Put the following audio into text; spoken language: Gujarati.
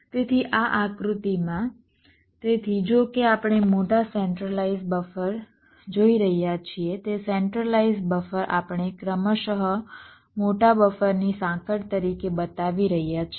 તેથી આ આકૃતિમાં તેથી જો કે આપણે મોટા સેન્ટ્રલાઇઝ બફર જોઈ રહ્યા છીએ તે સેન્ટ્રલાઇઝ બફર આપણે ક્રમશ મોટા બફરની સાંકળ તરીકે બતાવી રહ્યા છીએ